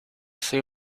soy